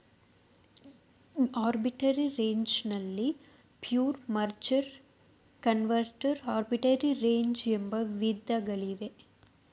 arbitrage ನಲ್ಲಿ pure, merger, converter arbitrage ಎಂಬ ವಿಧಗಳಿವೆ